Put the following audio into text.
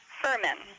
Furman